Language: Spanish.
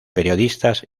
periodistas